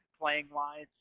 playing-wise